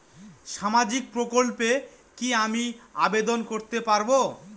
সামাজিক প্রকল্পে কি আমি আবেদন করতে পারবো?